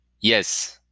Yes